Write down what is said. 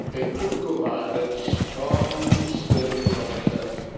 a critical mind and strong, sturdy commonsense.